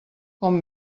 com